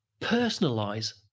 personalize